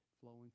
Flowing